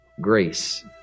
grace